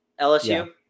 LSU